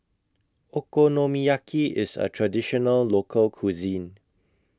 Okonomiyaki IS A Traditional Local Cuisine